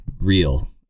real